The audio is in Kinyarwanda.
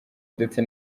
ndetse